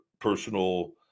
personal